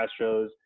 Astros